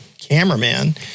cameraman